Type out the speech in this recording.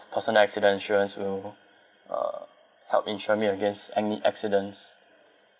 personal accident insurance will uh help insure me against any accidents